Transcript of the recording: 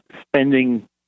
spending